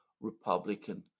Republican